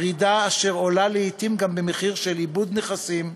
ירידה אשר עולה לעתים גם במחיר של איבוד נכסים,